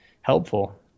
helpful